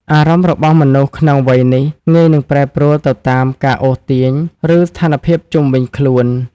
អារម្មណ៍របស់មនុស្សក្នុងវ័យនេះងាយនឹងប្រែប្រួលទៅតាមការអូសទាញ ឬស្ថានភាពជុំវិញខ្លួន។